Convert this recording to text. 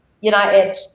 United